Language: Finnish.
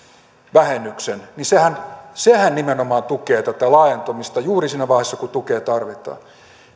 vähennyksen nimenomaan tukee tätä laajentumista juuri siinä vaiheessa kun tukea tarvitaan